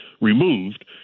removed